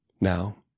Now